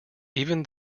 even